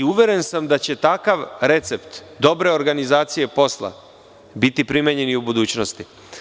Uveren sam da će takav recept dobre organizacije posla biti primenjen i u budućnosti.